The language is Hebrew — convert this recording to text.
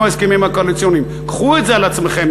ההסכמים הקואליציוניים: קחו את זה על עצמכם,